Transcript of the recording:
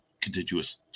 contiguous